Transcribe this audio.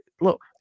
look